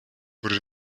wurde